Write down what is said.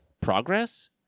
progress